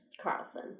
Carlson